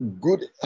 good